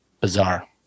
Bizarre